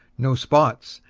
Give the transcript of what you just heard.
no spots,